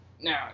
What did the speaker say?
no